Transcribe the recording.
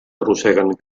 arrosseguen